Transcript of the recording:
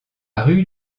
rue